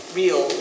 real